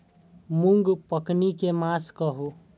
मूँग पकनी के मास कहू?